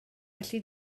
felly